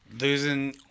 losing